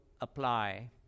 apply